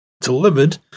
delivered